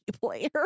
player